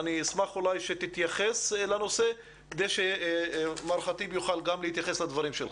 אשמח אולי שתתייחס לנושא כדי שמר ח'טיב יוכל גם להתייחס לדברים שלך.